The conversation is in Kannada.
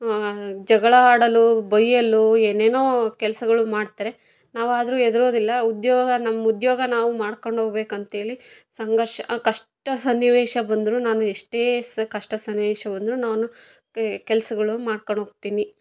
ಜಗಳ ಆಡಲು ಬೈಯಲು ಏನೇನೋ ಕೆಲ್ಸಗಳನ್ನ ಮಾಡ್ತಾರೆ ನಾವು ಆದರೂ ಹೆದ್ರೋದಿಲ್ಲ ಉದ್ಯೋಗ ನಮ್ಮ ಉದ್ಯೋಗ ನಾವು ಮಾಡ್ಕಂಟು ಹೋಗ್ಬೇಕು ಅಂತೇಳಿ ಸಂಘರ್ಷ ಆ ಕಷ್ಟ ಸನ್ನಿವೇಶ ಬಂದ್ರೂ ನಾನು ಎಷ್ಟೇ ಸ್ ಕಷ್ಟ ಸನ್ನಿವೇಶ ಬಂದ್ರೂ ನಾನು ಕೆಲ್ಸಗಳನ್ನ ಮಾಡ್ಕಂಡು ಹೋಗ್ತೀನಿ